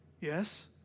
Yes